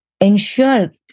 ensure